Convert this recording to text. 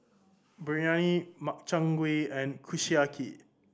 Biryani Makchang Gui and Kushiyaki